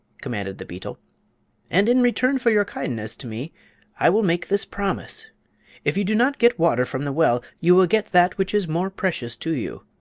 commanded the beetle and in return for your kindness to me i will make this promise if you do not get water from the well you will get that which is more precious to you.